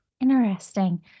Interesting